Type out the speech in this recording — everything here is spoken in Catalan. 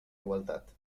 igualtat